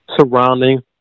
surrounding